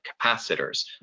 capacitors